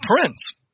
prince